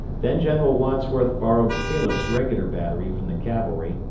then general wadsworth borrowed calef's regular battery from the cavalry,